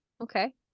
Okay